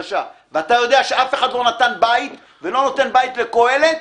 ואתה יודע שאף אחד לא נתן בית ולא נותן בית לקהלת